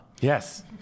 yes